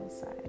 side